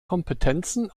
kompetenzen